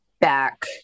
back